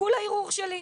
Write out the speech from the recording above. חכו לערעור שלי,